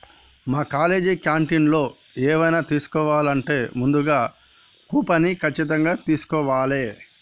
మా కాలేజీ క్యాంటీన్లో ఎవైనా తీసుకోవాలంటే ముందుగా కూపన్ని ఖచ్చితంగా తీస్కోవాలే